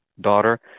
Daughter